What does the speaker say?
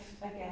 again